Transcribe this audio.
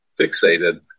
fixated